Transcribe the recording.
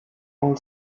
vol